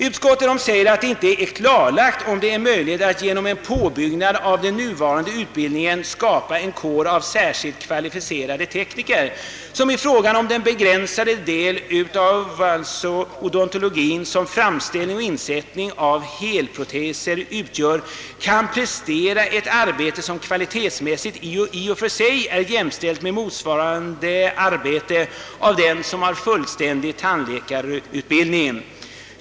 Utskottet säger att det inte är klarlagt, om det är möjligt att genom en påbyggnad av nuvarande utbildning skapa en kår av särskilt kvalificerade tekniker som i fråga om den begränsade del av odontologin som framställning och insättning av helproteser utgör kan prestera ett arbete som kvalitetsmässigt i och för sig är jämställt med motsvarande arbete som utförts av den som har fullständig tandläkarutbildning.